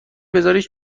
بزاریش